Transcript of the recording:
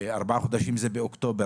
עוד ארבעה חודשים זה אוקטובר.